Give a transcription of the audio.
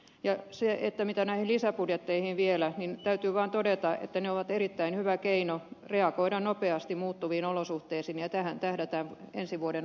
ja mitä näihin lisäbudjetteihin tulee niin täytyy vielä vaan todeta että ne ovat erittäin hyvä keino reagoida nopeasti muuttuviin olosuhteisiin ja tähän tähdätään ensi vuoden